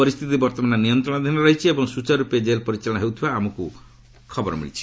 ପରିସ୍ଥିତି ବର୍ତ୍ତମାନ ନିୟନ୍ତ୍ରଣାଧୀନ ରହିଛି ଏବଂ ସୁଚାରୁରୂପେ ଜେଲ୍ ପରିଚାଳନା ହେଉଥିବା ଆମକୁ ଖବର ମିଳିଛି